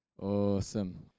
Awesome